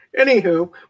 anywho